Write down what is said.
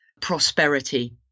prosperity